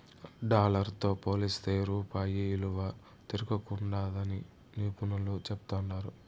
dollar తో పోలిస్తే రూపాయి ఇలువ తిరంగుండాదని నిపునులు చెప్తాండారు